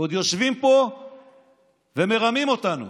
הם עוד יושבים פה ומרמים אותנו